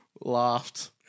laughed